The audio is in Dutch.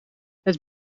het